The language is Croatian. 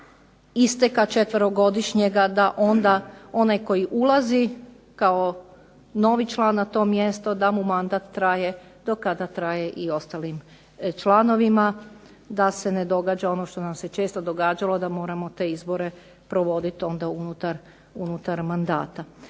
isteka četverogodišnjega da onda onaj koji ulazi kao novi član na to mjesto da mu mandat traje do kada traje i ostalim članovima, da se ne događa ono što nam se često događalo da moramo te izbore provoditi onda unutar mandata.